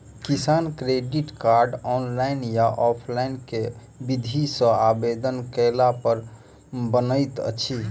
किसान credit card, online या offline केँ विधि सँ आवेदन कैला पर बनैत अछि?